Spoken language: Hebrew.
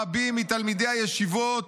רבים מתלמידי הישיבות